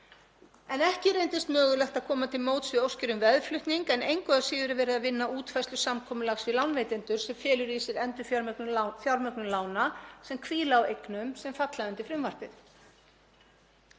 Ekki reyndist mögulegt að koma til móts við óskir um veðflutning en engu að síður er verið að vinna að útfærslu samkomulags við lánveitendur sem felur í sér endurfjármögnun lána sem hvíla á eignum sem falla undir frumvarpið.